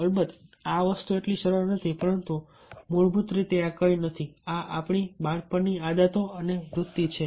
અલબત્ત આ વસ્તુઓ એટલી સરળ નથી પરંતુ મૂળભૂત રીતે આ કંઈ નથી આ આપણી બાળપણની આદતો અને વૃત્તિ છે